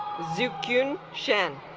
xue qian qian